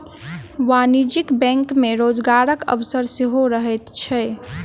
वाणिज्यिक बैंक मे रोजगारक अवसर सेहो रहैत छै